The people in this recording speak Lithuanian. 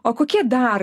o kokie dar